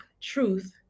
truth